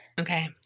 Okay